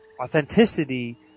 authenticity